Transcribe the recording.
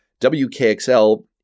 WKXL